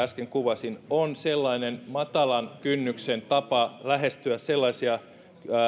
äsken kuvasin on sellainen matalan kynnyksen tapa lähestyä sellaisia